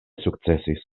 sukcesis